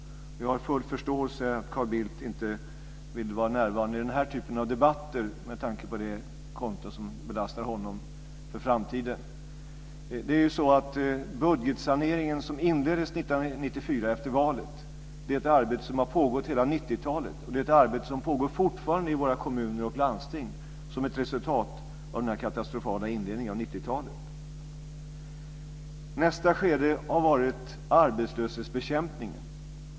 Jag har full förståelse för att Carl Bildt inte vill vara närvarande vid den här typen av debatter med tanke på det konto som belastar honom för framtiden. Det är ju så att budgetsaneringen, som inleddes efter valet 1994, är ett arbete som har pågått under hela 90-talet. Det är ett arbete som fortfarande pågår i våra kommuner och landsting som ett resultat av den katastrofala inledningen av 90-talet. Nästa skede har varit arbetslöshetsbekämpning.